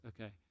Okay